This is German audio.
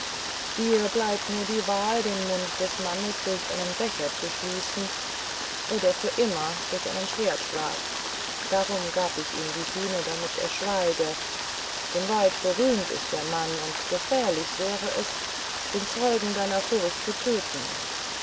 dir bleibt nur die wahl den mund des mannes durch einen becher zu schließen oder für immer durch einen schwertschlag darum gab ich ihm die sühne damit er schweige denn weit berühmt ist der mann und gefährlich wäre es den zeugen deiner furcht zu töten